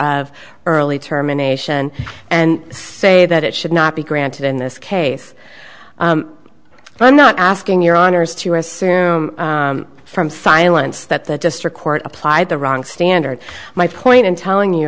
of early termination and say that it should not be granted in this case i'm not asking your honour's to assume from silence that the district court applied the wrong standard my point in telling you